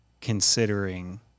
considering